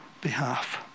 behalf